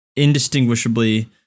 Indistinguishably